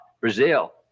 Brazil